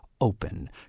open